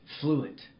fluent